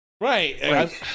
right